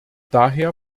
daher